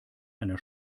einer